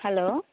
hello